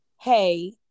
hey